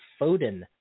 Foden